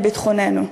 על ביטחוננו,